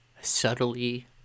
subtly